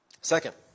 Second